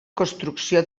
construcció